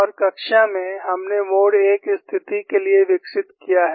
और कक्षा में हमने मोड 1 स्थिति के लिए विकसित किया है